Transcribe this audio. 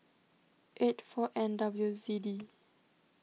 eight four N W Z D